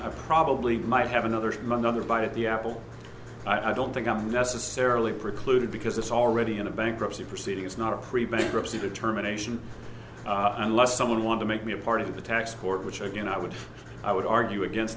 i probably might have another mother bite at the apple i don't think i'm necessarily preclude because it's already in a bankruptcy proceeding it's not a pre bankruptcy determination unless someone want to make me a part of the tax court which again i would i would argue against